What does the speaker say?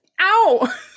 ow